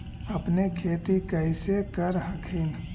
अपने खेती कैसे कर हखिन?